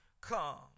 come